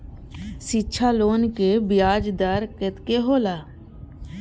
शिक्षा लोन के ब्याज दर कतेक हौला?